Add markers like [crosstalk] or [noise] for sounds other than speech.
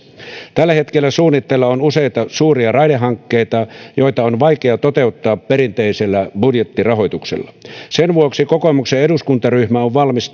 tällä hetkellä suunnitteilla on useita suuria raidehankkeita joita on vaikea toteuttaa perinteisellä budjettirahoituksella sen vuoksi kokoomuksen eduskuntaryhmä on valmis [unintelligible]